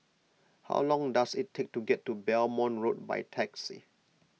how long does it take to get to Belmont Road by taxi